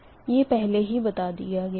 यह पहले ही बता दिया गया है